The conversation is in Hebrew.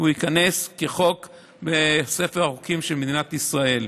הוא ייכנס כחוק לספר החוקים של מדינת ישראל.